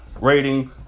Rating